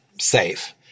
safe